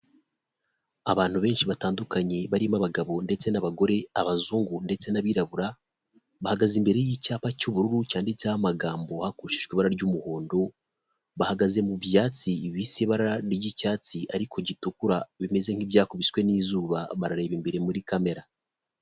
Abantu benshi batandukanye, barimo abagabo ndetse n'abagore, abazungu ndetse n'abirabura, bahagaze imbere y'icyapa cy'ubururu, cyanditseho amagambo hakoreshejwe ibara ry'umuhondo, bahagaze mu byatsi bisa ibara ry'icyatsi ariko gitukura bimeze nk'ibyakubiswe n'izuba, barareba imbere muri kamera.